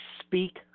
speak